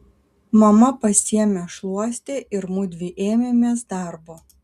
mama pasiėmė šluostę ir mudvi ėmėmės darbo